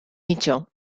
mitjó